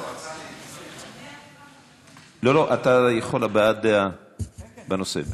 בבקשה, הבעה דעה בנושא.